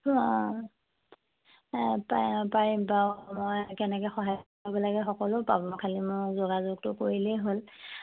অ' পাৰিম বাৰু মই কেনেকৈ সহায় কৰিব লাগে সকলো পাব খালি মোক যোগাযোগটো কৰিলেই হ'ল